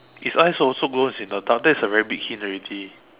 its eyes also glows in the dark that is a very big hint already